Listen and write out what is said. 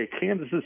Kansas